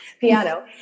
piano